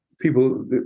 people